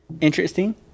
Interesting